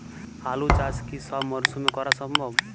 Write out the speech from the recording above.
আলু চাষ কি সব মরশুমে করা সম্ভব?